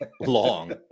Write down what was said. Long